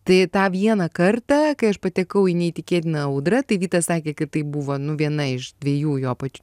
tai tą vieną kartą kai aš patekau į neįtikėtiną audrą tai vytas sakė kad tai buvo nu viena iš dviejų jo pač